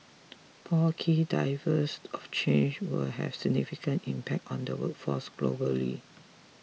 four key drivers of change will have significant impact on the workforce globally